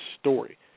story